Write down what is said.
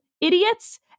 idiots